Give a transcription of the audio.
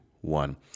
one